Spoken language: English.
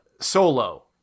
solo